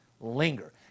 linger